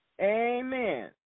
Amen